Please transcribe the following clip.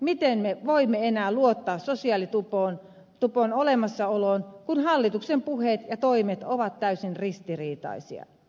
miten me voimme enää luottaa sosiaalitupon olemassaoloon kun hallituksen puheet ja toimet ovat täysin ristiriitaisia